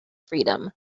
freedom